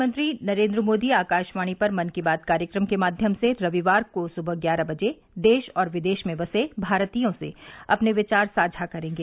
प्रधानमंत्री नरेंद्र मोदी आकाशवाणी पर मन की बात कार्यक्रम के माध्यम से रविवार को सुबह ग्यारह बजे देश और विदेश में बसे भारतीयों से अपने विचार साझा करेंगे